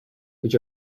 which